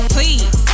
Please